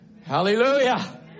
Hallelujah